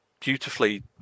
beautifully